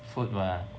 food [what]